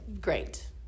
Great